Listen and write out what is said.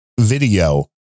video